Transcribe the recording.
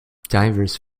divers